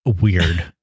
weird